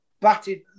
batted